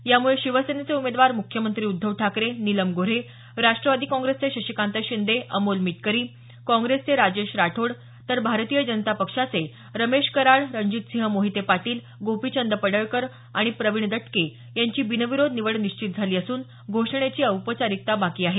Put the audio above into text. यामुळे शिवसेनेचे उमेदवार मुख्यमंत्री उद्धव ठाकरे नीलम गोऱ्हे राष्ट्रवादी काँग्रेसचे शशिकांत शिंदे अमोल मिटकरी काँग्रेसचे राजेश राठोड तर भारतीय जनता पक्षाचे रमेश कराड रणजितसिंह मोहिते पाटील गोपीचंद पडळकर आणि प्रवीण दटके यांची बिनविरोध निवड निश्चित झाली असून घोषणेची औपचारिकता बाकी आहे